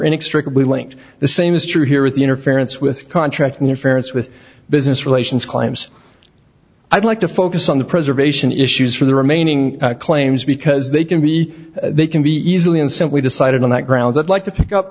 inextricably linked the same is true here with the interference with contract and difference with business relations crimes i'd like to focus on the preservation issues for the remaining claims because they can be they can be easily and simply decided on that ground that like to pick up